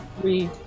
Three